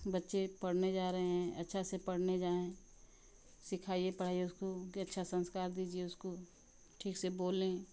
बच्चे पढ़ने जा रहे हैं अच्छा से पढ़ने जाए सिखाइए पढ़ाइए उसको कि अच्छा संस्कार दीजिए उसको ठीक से बोलें